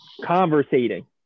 conversating